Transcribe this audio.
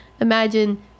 imagine